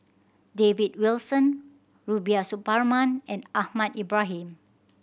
David Wilson Rubiah Suparman and Ahmad Ibrahim